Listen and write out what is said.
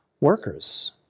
workers